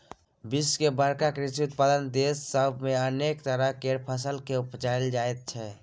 विश्व के बड़का कृषि उत्पादक देस सब मे अनेक तरह केर फसल केँ उपजाएल जाइ छै